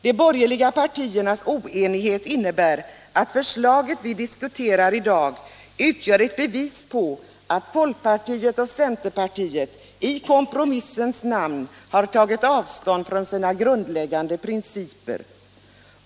De borgerliga partiernas oenighet bevisas av att folkpartiet och centerpartiet i det förslag som vi i dag diskuterar i kompromissens namn har tagit avstånd från sina grundläggande principer.